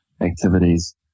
activities